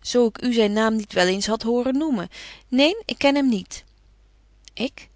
zo ik u zyn naam niet wel eens had horen noemen neen ik ken hem niet ik